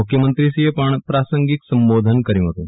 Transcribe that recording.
મુખ્યમંત્રીએ પણ પ્રાસંગિક સંબોધન કર્યુ હતું